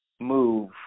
move